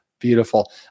beautiful